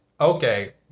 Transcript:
Okay